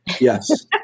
Yes